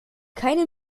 keine